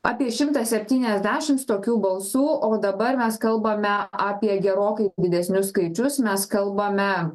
apie šimtą septyniasdešims tokių balsų o dabar mes kalbame apie gerokai didesnius skaičius mes kalbame